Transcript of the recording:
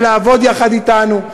ולעבוד יחד אתנו.